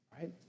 right